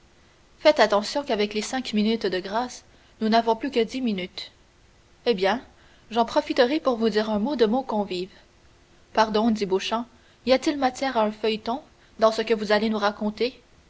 faites attention qu'avec les cinq minutes de grâce nous n'avons plus que dix minutes eh bien j'en profiterai pour vous dire un mot de mon convive pardon dit beauchamp y a-t-il matière à un feuilleton dans ce que vous allez nous raconter